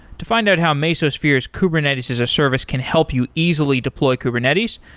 to find out how mesosphere's kubernetes as a service can help you easily deploy kubernetes,